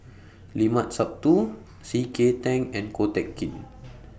Limat Sabtu C K Tang and Ko Teck Kin